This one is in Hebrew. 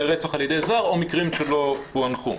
רצח על ידי זר או מקרים שלא פוענחו,